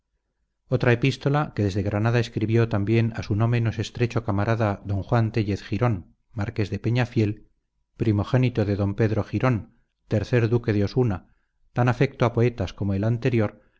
otra epístola que desde granada escribió también a su no menos estrecho camarada don juan tellez girón marqués de peñafiel primogénito de don pedro girón tercer duque de osuna tan afecto a poetas como el anterior